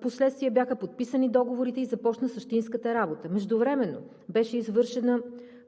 Впоследствие бяха подписани договорите и започна същинската работа. Междувременно бяха извършени